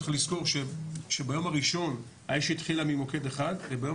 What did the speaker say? צריך לזכור שביום הראשון האש התחילה ממוקד אחד וביום